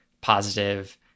positive